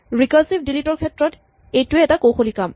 recursive delete ৰ ক্ষেত্ৰত এইটোৱেই এটা কৌশলী কাম